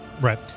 Right